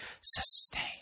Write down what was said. Sustain